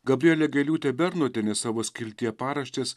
gabrielė gailiūtėbernotienė savo skiltyje paraštės